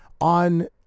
on